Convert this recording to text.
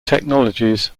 technologies